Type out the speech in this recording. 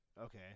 Okay